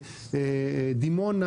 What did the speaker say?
דימונה,